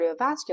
cardiovascular